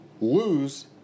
lose